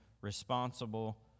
responsible